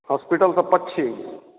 hospital सँ पछिम